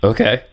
Okay